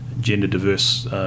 gender-diverse